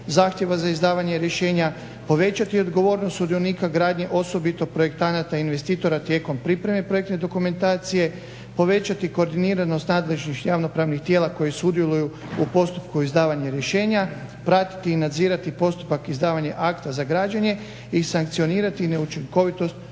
zahtjeva za izdavanje rješenja, povećati odgovornosti sudionika gradnje, osobito projektanata, investitora tijekom pripreme projektne dokumentacije, povećati koordiniranost nadležnih javno-pravnih tijela koji sudjeluju u postupku izdavanja rješenja, pratiti i nadzirati postupak izdavanja akta za građenje i sankcionirati neučinkovitost